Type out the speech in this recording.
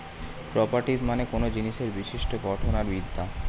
properties মানে কোনো জিনিসের বিশিষ্ট গঠন আর বিদ্যা